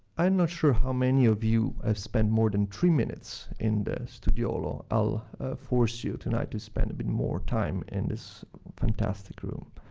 i'm not sure how many of you have spent more than three minutes in the studiolo. i'll force you tonight to spend a bit more time in this fantastic room.